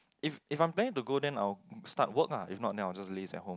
if if I planning to go then I will start work ah if not I will just laze at home